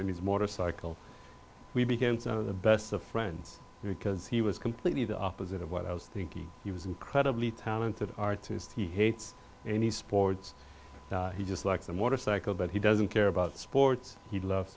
and his motorcycle we became the best of friends because he was completely the opposite of what i was thinking he was incredibly talented artist he hates any sports he just likes a motorcycle but he doesn't care about sports he loves